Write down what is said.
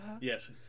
Yes